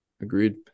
agreed